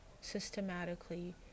systematically